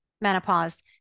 menopause